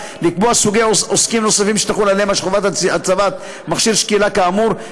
לקבוע סוגי עוסקים נוספים שתחול עליהם חובת הצבת מכשיר שקילה כאמור,